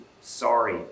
sorry